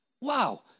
Wow